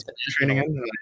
training